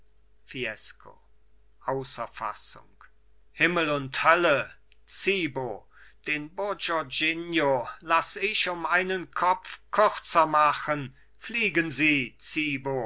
fiesco außer fassung himmel und hölle zibo den bourgognino laß ich um einen kopf kürzer machen fliegen sie zibo